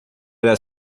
era